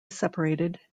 separated